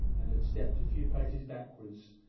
and had stepped a few paces backward,